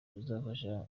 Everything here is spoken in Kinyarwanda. buzafasha